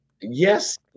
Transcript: yes